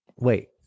Wait